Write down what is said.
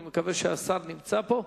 אני מקווה שהשר נמצא פה.